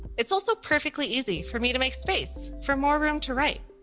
it's also perfectly easy for me to make space for more room to write.